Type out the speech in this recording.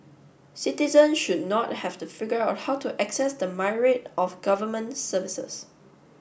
citizen should not have to figure out how to access the myriad of government services